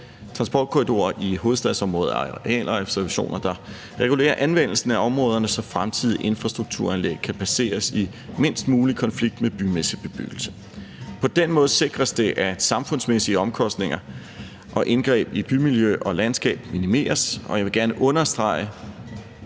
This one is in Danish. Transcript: Transportkorridorer i hovedstadsområdet er arealreservationer, der regulerer anvendelsen af områderne, så fremtidige infrastrukturanlæg kan placeres i mindst mulig konflikt med bymæssig bebyggelse. På den måde sikres det, at samfundsmæssige omkostninger og indgreb i bymiljø og landskab minimeres. Og jeg vil gerne understrege